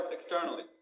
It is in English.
externally